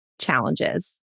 challenges